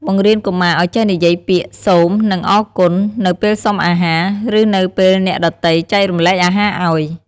បង្រៀនកុមារឲ្យចេះនិយាយពាក្យ "សូម" និង "អរគុណ" នៅពេលសុំអាហារ ឬនៅពេលអ្នកដទៃចែករំលែកអាហារឲ្យ។